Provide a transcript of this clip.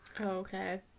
okay